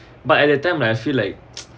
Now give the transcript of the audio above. but at that time lah I feel like